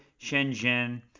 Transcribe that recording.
Shenzhen